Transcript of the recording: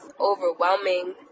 overwhelming